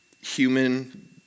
human